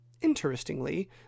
Interestingly